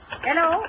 Hello